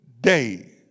day